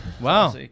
Wow